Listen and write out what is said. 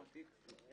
אני